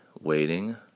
Waiting